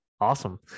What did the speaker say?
awesome